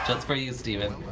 for you steven.